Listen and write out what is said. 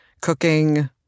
cooking